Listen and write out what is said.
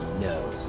no